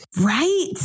Right